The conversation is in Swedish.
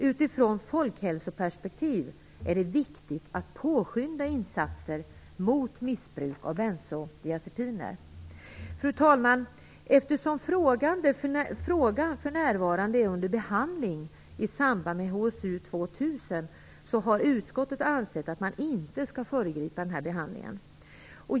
Utifrån folkhälsoperspektiv är det viktigt att påskynda insatser mot missbruk av bensodiazepiner. Fru talman! Eftersom frågan för närvarande är under behandling i samband med HSU 2000 har utskottet ansett att man inte skall föregripa den behandlingen.